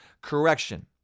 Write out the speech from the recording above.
correction